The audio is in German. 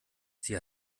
sie